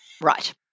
Right